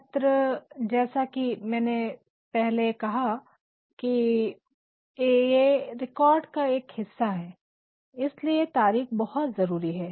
पत्र जैसा की पहले मैंने कहा कि ये रिकॉर्ड का एक हिस्सा है इसलिए तारिख बहुत ज़रूरी है